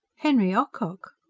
henry ocock!